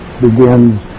begins